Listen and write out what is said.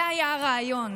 זה היה הרעיון.